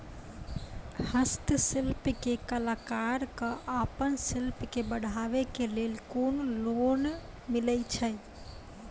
हस्तशिल्प के कलाकार कऽ आपन शिल्प के बढ़ावे के लेल कुन लोन मिलै छै?